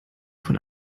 von